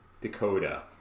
Dakota